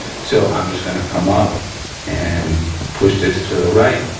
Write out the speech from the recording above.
so i'm just gonna come up and push this to the right